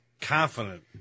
confident